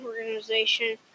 organization